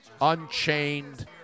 unchained